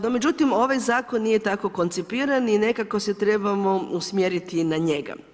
No međutim, ovaj Zakon nije tako koncipiran i nekako se trebamo usmjeriti na njega.